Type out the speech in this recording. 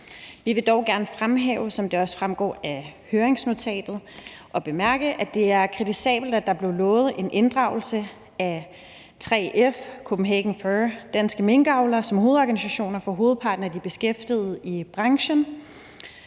Vi vil dog gerne fremhæve, som det også fremgår af høringsnotatet, og bemærke, at det er kritisabelt, at der blev lovet en inddragelse af 3F, Kopenhagen Fur og Danske Minkavlere, som er hovedorganisationer for hovedparten af de beskæftigede i branchen.